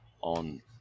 on